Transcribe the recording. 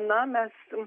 na mes